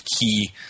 key